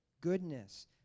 goodness